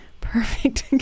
perfect